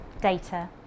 data